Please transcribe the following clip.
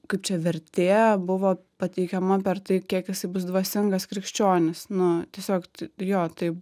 kaip čia vertė buvo pateikiama per tai kiek jisai bus dvasingas krikščionis nu tiesiog jo tai